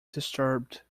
disturbed